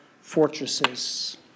fortresses